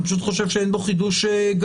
אני פשוט חושב שאין בו חידוש גדול.